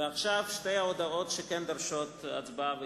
ועכשיו, שתי ההודעות שדורשות הצבעה ואישור.